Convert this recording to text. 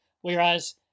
whereas